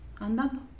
andando